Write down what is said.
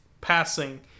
passing